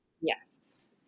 Yes